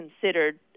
considered